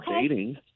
dating